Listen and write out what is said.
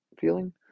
feeling